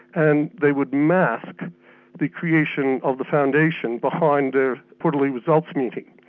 and they would mask the creation of the foundation behind a quarterly results meeting,